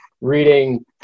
reading